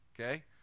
Okay